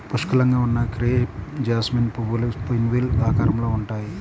పుష్కలంగా ఉన్న crepe jasmine పువ్వులు పిన్వీల్ ఆకారంలో ఉంటాయి